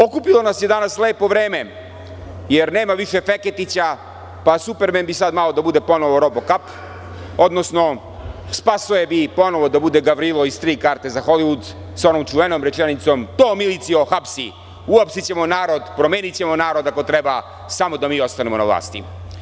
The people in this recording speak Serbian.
Okupilo nas je danas lepo vreme, jer nema više Feketića, pa bi „supermen“ sada malo da bude ponovo „robokap“, odnosno Spasoje bi ponovo da bude Gavrilo iz „Tri karte za Holivud“, sa onom čuvenom rečenicom: „To, milicijo, hapsi, uhapsićemo narod, promenićemo narod ako treba, samo da mi ostanemo na vlasti“